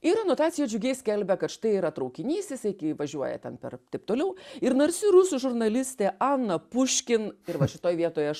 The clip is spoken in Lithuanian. ir anotacija džiugiai skelbia kad štai yra traukinys jisai važiuoja ten per taip toliau ir narsi rusų žurnalistė ana puškin ir va šitoj vietoj aš